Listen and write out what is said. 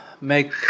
make